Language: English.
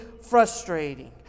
frustrating